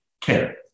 care